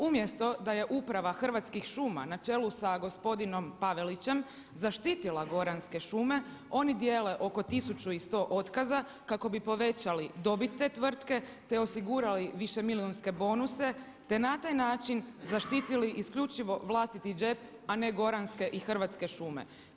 Umjesto da je uprava Hrvatskih šuma na čelu sa gospodinom Pavelićem, zaštitila goranske šume, oni dijele oko tisuću i sto otkaza kako bi povećala dobit te tvrtke, te osigurali višemilijunske bonuse, te na taj način zaštitili isključivo vlastiti džep, a ne goranske i hrvatske šume.